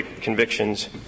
convictions